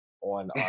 on